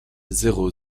zéro